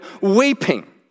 weeping